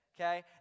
Okay